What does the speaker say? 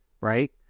right